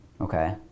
Okay